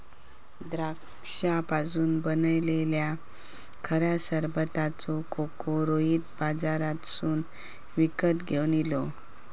द्राक्षांपासून बनयलल्या खऱ्या सरबताचो खोको रोहित बाजारातसून विकत घेवन इलो